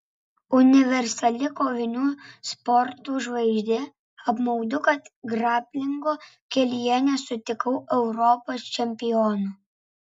universali kovinių sportų žvaigždė apmaudu kad graplingo kelyje nesutikau europos čempiono